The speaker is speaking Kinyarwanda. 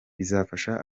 bizafasha